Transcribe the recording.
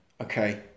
okay